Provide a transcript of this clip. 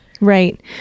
Right